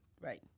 Right